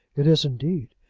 it is indeed.